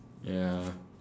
ya